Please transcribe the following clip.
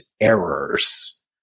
errors